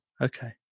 Okay